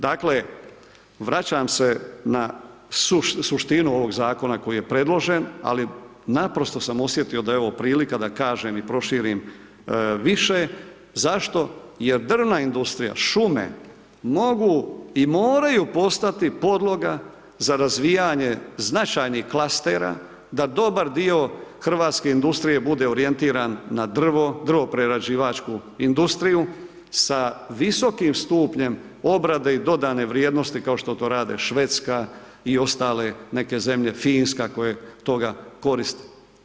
Dakle vraćam se na suštinu ovog zakona koji je predložen ali naprosto sam osjetio da je ovo prilika da kažem i proširim više zašto jer drvna industrija, šume mogu i moraju postati podloga za razvijanje značajnih klastera da dobar dio hrvatske industrije bude orijentiran na drvo, drvo-prerađivačku industriju sa visokim stupnjem obrade i dodane vrijednost kao što to rade Švedska i ostale neke zemlje, Finska koje toga koristi.